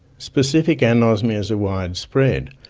specific and anosmias are widespread.